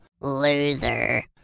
loser